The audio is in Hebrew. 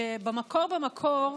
שבמקור במקור,